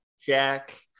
Jack